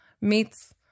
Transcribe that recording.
meets